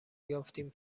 یافتیم